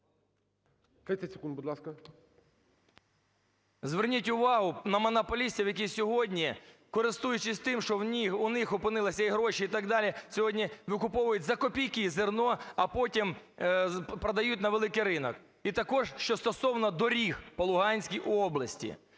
Зверніть увагу на монополістів, які сьогодні, користуючись тим, що в них опинились гроші і так далі, сьогодні викуповують за копійки зерно, а потім продають на великий ринок. І також, що стосовно доріг по Луганській області.